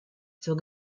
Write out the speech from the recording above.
zur